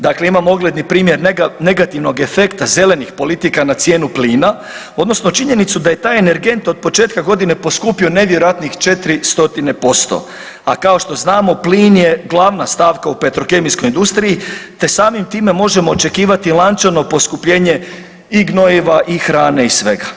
Dakle, imamo ogledni primjer negativnog efekta zelenih politika na cijenu plina odnosno činjenicu da je taj energent od početka godine poskupio nevjerojatnih 400%, a kao što znamo plin je glavna stavka u petrokemijskoj industriji te samim time možemo očekivati lančano poskupljenje i gnojiva i hrane i svega.